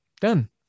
Done